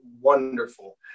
wonderful